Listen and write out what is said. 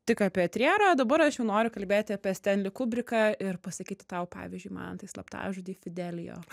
tik apie trierą dabar aš jau noriu kalbėti apie stendlį kubriką ir pasakyti tau pavyzdžiui mantai slaptažodį fidelio